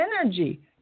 energy